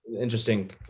Interesting